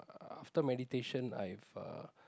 after meditation I've uh